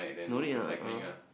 no need lah uh